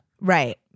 Right